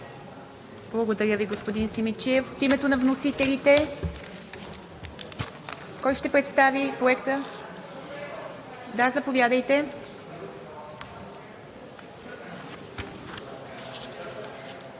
Благодаря Ви, господин Симидчиев. От името на вносителите кой ще представи Проекта? Да, заповядайте.